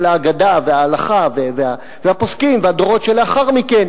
של האגדה וההלכה והפוסקים והדורות שלאחר מכן